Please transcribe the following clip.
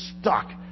stuck